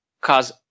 cause